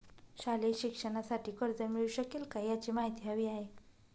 शालेय शिक्षणासाठी कर्ज मिळू शकेल काय? याची माहिती हवी आहे